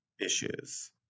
issues